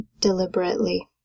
deliberately